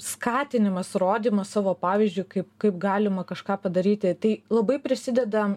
skatinimas rodymas savo pavyzdžiu kaip kaip galima kažką padaryti tai labai prisideda